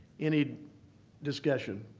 any discussion?